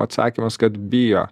atsakymas kad bijo